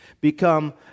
become